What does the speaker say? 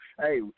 hey